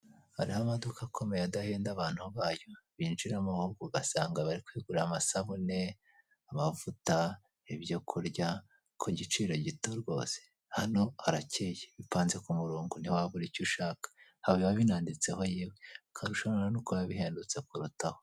Hari amaduka akomeye adahenda abantu bayo binjiramo ahubwo ugasanga bari kwigurira amasabune, amavuta, ibyo kurya ku giciro gito rwose hano harakeye, bipanze ku kurongo ntiwabura icyo ushaka, aha biba binanditseho yewe akarusho noneho ni uko biba bihendetse kurutaho.